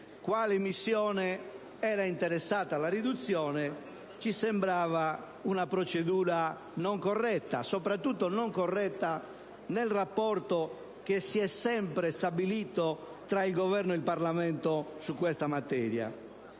quale missione fosse interessata a tale riduzione ci sembrava una procedura non corretta, soprattutto nel rapporto che si è sempre stabilito tra il Governo e il Parlamento su questa materia.